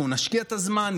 אנחנו נשקיע את הזמן,